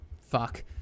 fuck